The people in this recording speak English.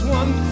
one